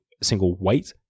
single-white